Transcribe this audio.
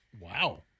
Wow